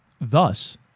thus